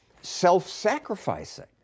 self-sacrificing